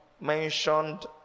mentioned